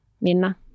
Minna